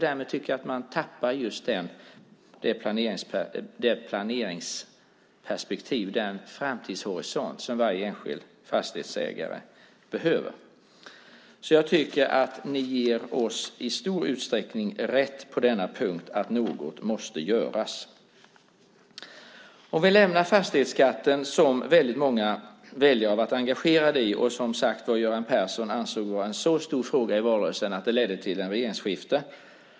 Därmed tycker jag att man tappar just det planeringsperspektiv och den framtidshorisont som varje enskild fastighetsägare behöver. Jag tycker alltså att ni i stor utsträckning ger oss rätt på denna punkt, att något måste göras. Vi kan då lämna fastighetsskatten, som väldigt många väljare har varit engagerade i och som Göran Persson, som sagt, ansåg var en så stor fråga i valrörelsen att det ledde till ett regeringsskifte.